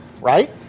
right